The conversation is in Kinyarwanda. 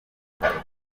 bitaro